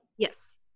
Yes